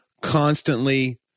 constantly